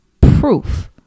proof